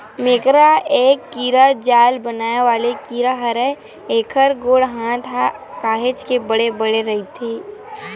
मेकरा ए कीरा जाल बनाय वाले कीरा हरय, एखर गोड़ हात ह काहेच के बड़े बड़े रहिथे